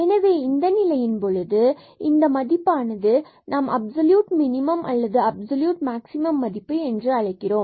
எனவே இந்த நிலையின் போதும் இந்த மதிப்பானது நாம் அப்ஸொலியூட் மினிமம் அல்லது அப்சல்யூட் மேக்ஸிமம் மதிப்பு என்று அழைக்கிறோம்